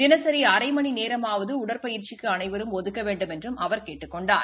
தினசரி அரை மணி நேரமாவது உடற்பயிற்சிக்கு அனைவரும் ஒதுக்க வேண்டுமென்றும் அவர் கேட்டுக் கொண்டார்